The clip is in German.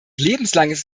lebenslanges